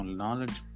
knowledge